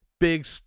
big